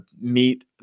meet